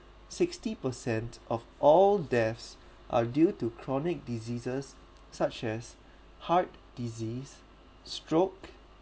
sixty percent of all deaths are due to chronic diseases such as heart disease stroke